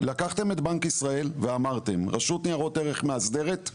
לקחתם את בנק ישראל ואמרתם: רשות ניירות ערך מאסדרת;